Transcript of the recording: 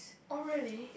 oh really